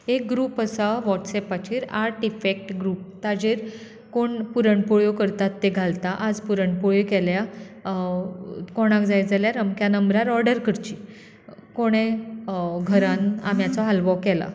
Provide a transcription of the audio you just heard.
एक ग्रुप आसा वॉट्सऍपाचेर आर्ट इफेक्ट ग्रुप ताचेर कोण पुरण पोळ्यो करतात ते घालतात आज पुरण पोळ्यो केल्या कोणाक जाय जाल्यार अमक्या नंबरार ऑर्डर करची कोणे घरांत आंब्याचो हालवो केला